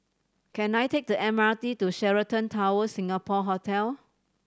can I take the M R T to Sheraton Towers Singapore Hotel